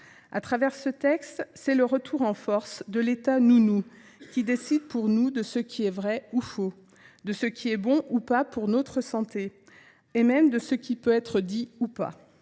Au travers de ce texte, c’est le retour en force de l’État « nounou », qui décide pour nous de ce qui est vrai ou faux, de ce qui est bon ou pas pour notre santé et même de ce qui peut ou ne peut pas